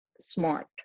smart